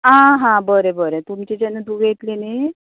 आं हां बरें बरें तुमचे जेन्ना धूव येतली न्ही